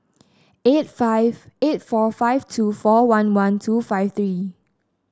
eight five eight four five two four one one two five three